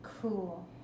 cool